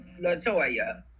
Latoya